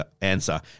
answer